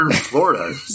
Florida